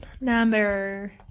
Number